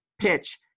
PITCH